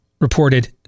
reported